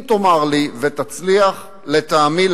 אם תאמר לי ותצליח להסביר,